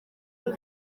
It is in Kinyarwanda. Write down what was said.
muri